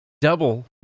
Double